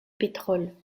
pétrole